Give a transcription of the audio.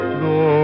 no